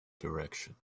direction